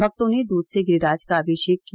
भक्तों ने दूध से गिरिराज का अभिषेक किया